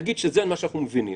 נגיד שזה מה שאנחנו מבינים,